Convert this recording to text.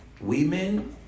women